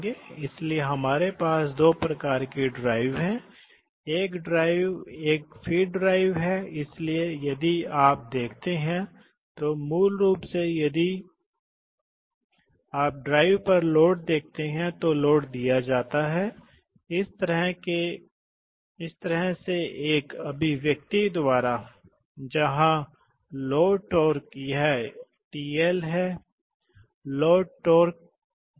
एक अन्य अनुप्रयोग एक तीन गति ड्राइव है इसलिए तीन गति में दिलचस्प है इसलिए तीन गति ड्राइव में हम जल्दी से देख सकते हैं कि हम क्या कर रहे हैं इसलिए आप देखते हैं कि जब मान लें कि यह गलत तरीके से जुड़ा हुआ है तो यह होना चाहिए यहाँ और यह एक यहाँ होना चाहिए था इसलिए जब यह इस स्थिति में होता है तो इस तरह से एयरफ्लो होता है इस तरह यह चेक वाल्व से होकर गुजरता है इसलिए यह इस या इसके माध्यम से नहीं गुजरता है